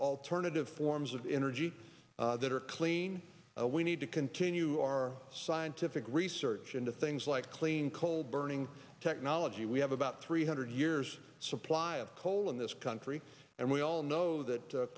alternative forms of energy that are clean we need to continue our scientific research into things like clean coal burning technology we about three hundred years supply of coal in this country and we all know that